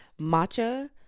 matcha